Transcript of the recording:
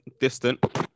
distant